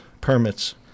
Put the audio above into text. permits